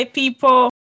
people